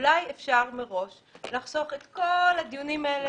אולי אפשר מראש לחסוך את כל הדיונים האלה,